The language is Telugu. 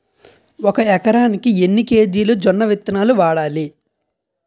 ఒక ఎకరానికి ఎన్ని కేజీలు జొన్నవిత్తనాలు వాడాలి?